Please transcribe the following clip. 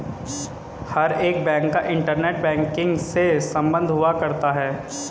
हर एक बैंक का internet banking से सम्बन्ध हुआ करता है